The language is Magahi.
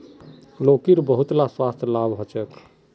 लौकीर बहुतला स्वास्थ्य लाभ ह छेक